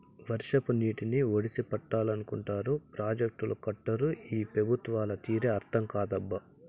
వర్షపు నీటిని ఒడిసి పట్టాలంటారు ప్రాజెక్టులు కట్టరు ఈ పెబుత్వాల తీరే అర్థం కాదప్పా